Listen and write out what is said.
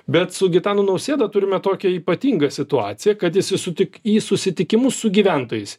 bet su gitanu nausėda turime tokią ypatingą situaciją kad jis į su tik į susitikimus su gyventojais